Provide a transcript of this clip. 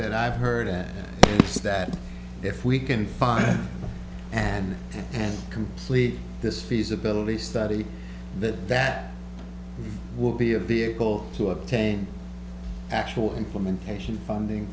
that i've heard at that if we can find and complete this feasibility study that that will be a vehicle to obtain actual implementation funding